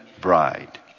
bride